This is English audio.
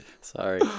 sorry